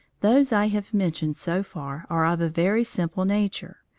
those i have mentioned so far are of a very simple nature,